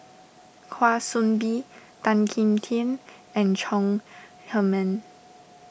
Kwa Soon Bee Tan Kim Tian and Chong Heman